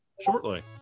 shortly